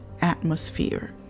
atmosphere